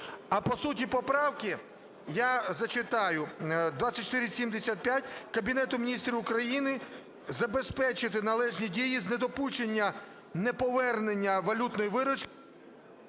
А по суті поправки, я зачитаю 2475: "Кабінету Міністрів України забезпечити належні дії з недопущення неповернення валютної виручки…"